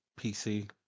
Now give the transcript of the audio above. pc